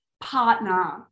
partner